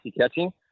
catching